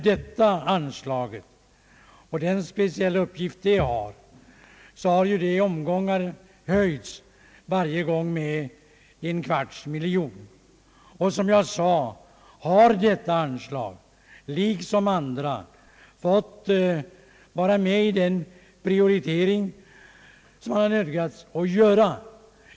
Det anslag vi nu diskuterar har höjts i flera omgångar, varje gång med en kvarts miljon, och som jag sade har detta anslag liksom andra fått vara med i den prioritering man nödgats göra.